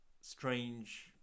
strange